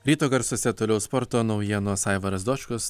ryto garsuose toliau sporto naujienos aivaras dočkus